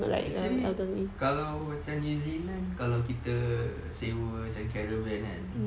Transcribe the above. actually kalau macam new zealand kalau kita sewa macam caravan kan